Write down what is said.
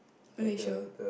Malaysia